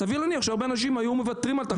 סביר להניח שהרבה אנשים היו מוותרים על תחבורה ציבורית.